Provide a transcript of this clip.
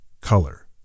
Color